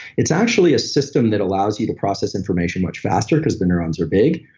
it's actually a system that allows you to process information much faster, because the neurons are big,